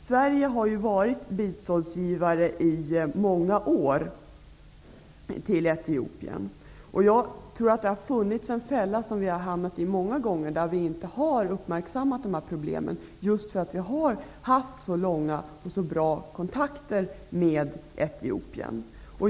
Sverige har ju varit biståndsgivare i många år till Etiopien. Det har funnits en fälla, som jag tror att vi har hamnat i många gånger, när vi inte har uppmärksammat dessa problem, just därför att vi har haft så långa och så bra kontakter med Etiopien.